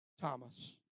Thomas